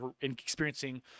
experiencing